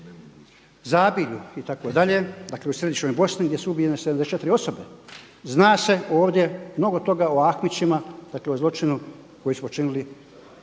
Zabilju itd. dakle u središnjoj Bosni gdje su ubijene 74 osobe. Zna se ovdje mnogo toga o Ahmićima, dakle o zločinu koji su počinili